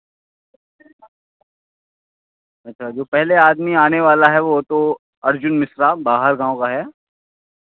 अच्छा जो पहले आदमी आने वाला है वह तो अर्जुन मिश्रा बाहर गाँव का है